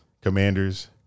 Commanders